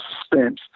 suspense